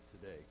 today